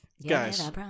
Guys